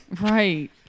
right